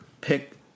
pick